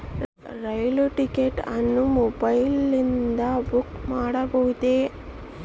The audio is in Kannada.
ರೈಲು ಟಿಕೆಟ್ ಅನ್ನು ಮೊಬೈಲಿಂದ ಬುಕ್ ಮಾಡಬಹುದೆ?